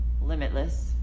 limitless